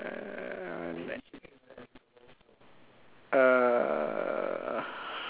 uh